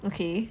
okay